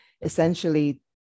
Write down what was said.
essentially